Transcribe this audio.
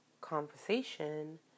conversation